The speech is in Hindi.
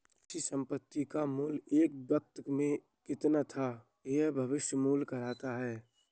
किसी संपत्ति का मूल्य एक वक़्त में कितना था यह भविष्य मूल्य कहलाता है